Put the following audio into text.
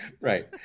right